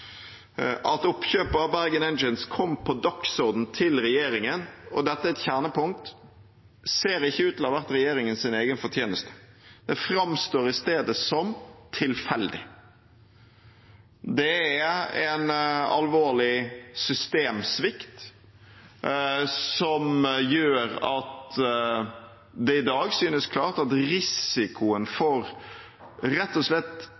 At oppkjøpet av Bergen Engines kom på dagsordenen til regjeringen – og dette er et kjernepunkt – ser ikke ut til å ha vært regjeringens egen fortjeneste. Det framstår i stedet som tilfeldig. Det er en alvorlig systemsvikt som gjør at det i dag synes klart at risikoen for rett og slett